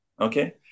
Okay